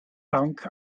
dank